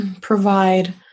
provide